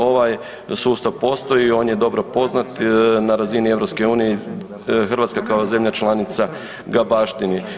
Ovaj sustav postoji, on je dobro poznat, na razini EU, Hrvatska kao zemlja članica ga baštini.